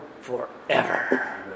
forever